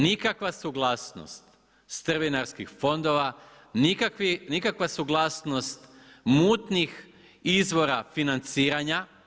Nikakva suglasnost strvinarskih fondova, nikakva suglasnost mutnih izvora financiranja.